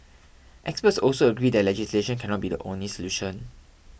experts also agree that legislation cannot be the only solution